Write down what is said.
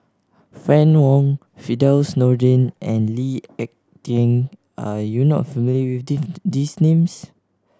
Fann Wong Firdaus Nordin and Lee Ek Tieng are you not familiar with these names